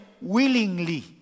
willingly